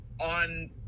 on